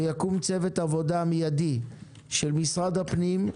שיקום צוות עבודה מידי של משרד הפנים,